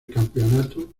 campeonato